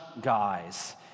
guys